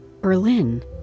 Berlin